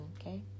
okay